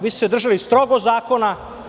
Vi ste se držali strogo zakona.